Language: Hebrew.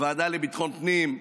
הוועדה לביטחון פנים,